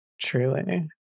Truly